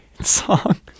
song